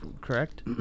correct